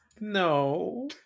No